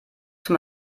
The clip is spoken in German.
zum